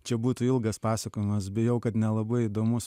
čia būtų ilgas pasakojimas bijau kad nelabai įdomus